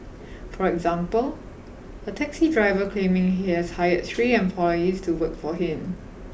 for example a taxi driver claiming he has hired three employees to work for him